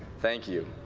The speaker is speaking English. thank you.